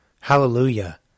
Hallelujah